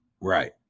Right